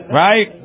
right